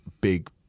big